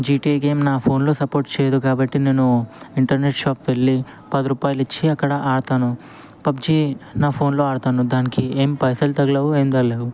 GT game నా ఫోన్లో support చేయదు కాబట్టి నేను ఇంటర్నెట్ షాప్కెళ్ళీ పది రూపాయలిచ్చి అక్కడ ఆడతాను పబ్జీ నా ఫోన్లో ఆడతాను దానికి ఏం పైసలు తగలవు ఏం తగలవు